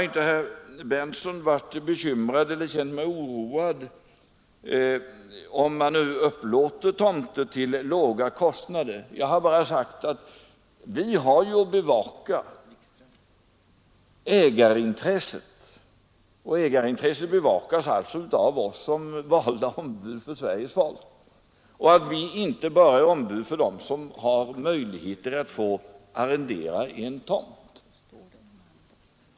Herr Berndtson i Linköping trodde att jag var oroad över att man nu upplåter tomter till låga priser. Jag vill bara säga att vi ju har att bevaka ägarintresset. Ägarintresset bevakas av oss som valda ombud för Sveriges folk, och vi är ju inte bara ombud för dem som har möjligheter att få arrendera en tomt.